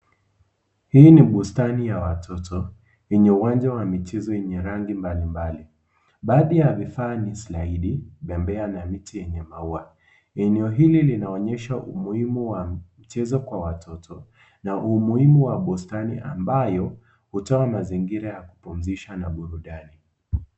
Hii ni bustani ya watoto kwenye uwanja wa michezo yenye rangi mbalimbali, baadhi ya vifaa ni slaidi, bembea na miti yenye maua ,eneo hili linaonyesha umuhumu wa mchezo kwa watoto na umuhimu wa bustani ambayo hutoa mazingira ya kupumzisha na burudani.